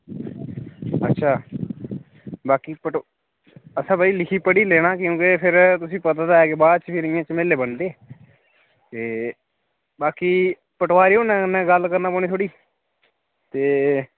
अच्छा बाकी पटो असें भाई लिखी पढ़ी लैना क्योंकि फिर तुसें ई पता ते ऐ बाद च फिर इ'यां झमेले बनदे ते बाकी पटवारी हुंदे नै गल्ल करना पौनी थोह्ड़ी ते